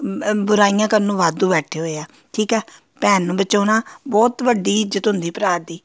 ਮ ਬੁਰਾਈਆਂ ਕਰਨ ਨੂੰ ਵਾਧੂ ਬੈਠੇ ਹੋਏ ਆ ਠੀਕ ਆ ਭੈਣ ਨੂੰ ਬਚਾਉਣਾ ਬਹੁਤ ਵੱਡੀ ਇੱਜ਼ਤ ਹੁੰਦੀ ਭਰਾ ਦੀ